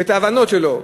ואת ההבנות שלו,